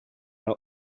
are